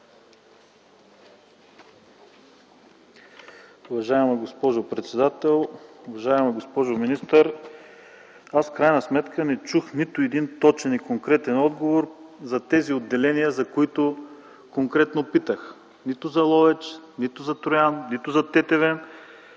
Уважаема госпожо председател, уважаема госпожо министър! В крайна сметка не чух нито един точен и конкретен отговор за тези отделения, за които конкретно питах: нито за Ловеч, нито за Троян, нито за Тетевен.